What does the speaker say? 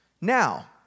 Now